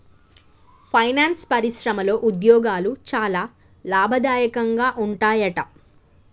finance పరిశ్రమలో ఉద్యోగాలు చాలా లాభదాయకంగా ఉంటాయట